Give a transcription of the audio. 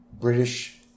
British